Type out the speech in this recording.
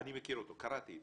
אני מכיר אותו, קראתי.